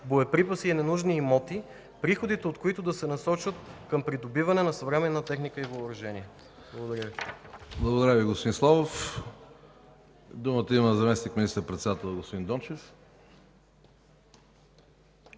боеприпаси и ненужни имоти, приходите от които да се насочат към придобиване на съвременна техника и въоръжение? Благодаря Ви. ПРЕДСЕДАТЕЛ КРАСИМИР КАРАКАЧАНОВ: Благодаря Ви, господин Славов. Думата има заместник министър-председателят господин Дончев.